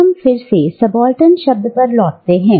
अब हम फिर से सबाल्टर्न शब्द पर लौटते हैं